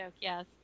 yes